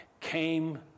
came